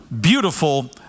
beautiful